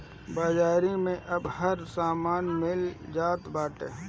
बाजारी में अब हर समान मिल जात बाटे